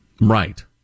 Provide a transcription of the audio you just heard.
Right